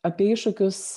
apie iššūkius